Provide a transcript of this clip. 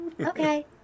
Okay